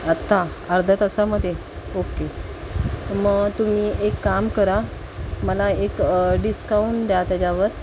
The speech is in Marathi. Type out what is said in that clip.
आत्ता अर्ध्या तासामध्ये ओके मग तुम्ही एक काम करा मला एक डिस्काऊंट द्या त्याच्यावर